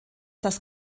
das